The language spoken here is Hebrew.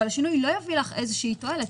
אבל השינוי לא יביא לך איזושהי תועלת,